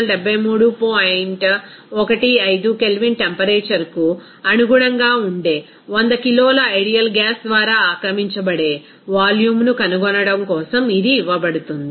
15 K temperature కు అనుగుణంగా ఉండే 100 కిలోల ఐడియల్ గ్యాస్ ద్వారా ఆక్రమించబడే వాల్యూమ్ను కనుగొనడం కోసం ఇది ఇవ్వబడుతుంది